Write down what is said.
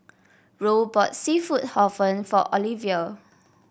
Roe bought seafood Hor Fun for Olivia